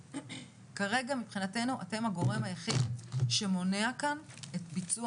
כרגע מבחינתנו אתם הגורם היחיד שמונע כאן את ביצוע